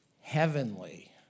heavenly